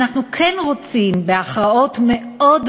לכן אני תומך ואני קורא לחברי לתמוך בחוק החשוב הזה.